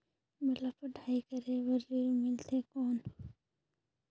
मोला पढ़ाई करे बर ऋण मिलथे कौन?